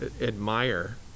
admire